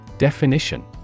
Definition